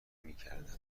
میکردن